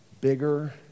bigger